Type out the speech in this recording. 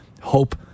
hope